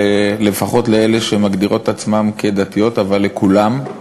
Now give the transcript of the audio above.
לפחות לאלה שמגדירות את עצמן כדתיות, אבל לכולן,